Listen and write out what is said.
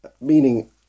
meaning